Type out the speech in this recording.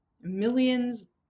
millions